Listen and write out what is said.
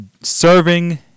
serving